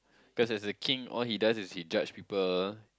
cause he's a king all he does is he judge people